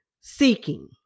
seeking